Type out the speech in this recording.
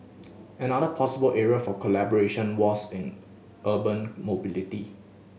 another possible area for collaboration was in urban mobility